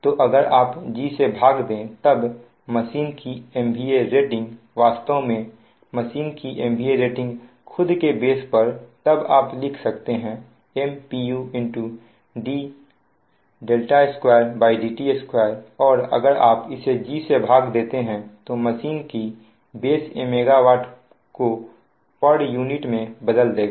तो अगर आप G से भाग दे तब मशीन की MVA रेटिंग वास्तव में मशीन की MVA रेटिंग खुद के बेस पर तब आप लिख सकते हैं Mpu d2dt2 और अगर आप इसे G से भाग देंगे तो मशीन की बेस MW को पर यूनिट में बदल देगा